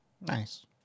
Nice